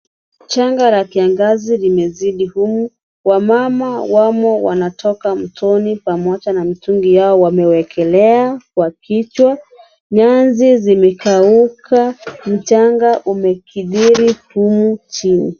Janga la kiangazi limezidi humu. Wamama wamo wanatoka mtoni pamoja na mitungi yao wamewekelea kwa kichwa, nyasi zimekauka mchanga umekithiri humu chini.